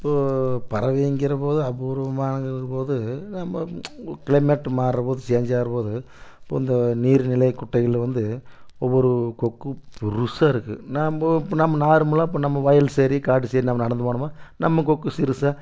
இப்போது பறவைங்கிறபோது அபூர்வமானதுங்கிற போது நம்ம கிளைமேட் மாறுகிற போது சேஞ்சாகிற போது இப்போது இந்த நீர்நிலை குட்டைகளில் வந்து ஒவ்வொரு கொக்கு பெருசாக இருக்கும் நம்ம இப்போ நம்ம நார்மலாக இப்போ நம்ம வயல் செய்டு காட்டு செய்டு நம்ம நடந்து போனோம்னால் நம்ம கொக்கு சிறுசாக